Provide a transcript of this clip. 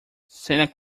santa